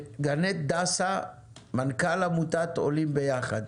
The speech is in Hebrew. גנט דסה, מנכ"ל עמותת עולים ביחד.